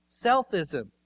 selfism